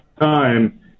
time